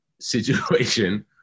situation